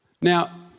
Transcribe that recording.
Now